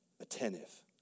attentive